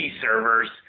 servers